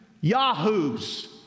yahoos